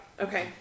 okay